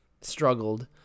struggled